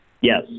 Yes